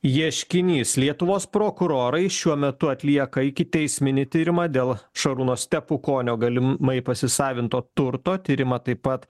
ieškinys lietuvos prokurorai šiuo metu atlieka ikiteisminį tyrimą dėl šarūno stepukonio galimai pasisavinto turto tyrimą taip pat